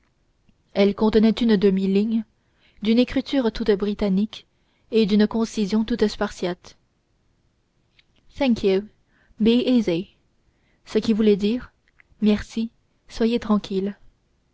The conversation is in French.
elle contenait une demi ligne d'une écriture toute britannique et d'une concision toute spartiate thank you be easy ce qui voulait dire merci soyez tranquille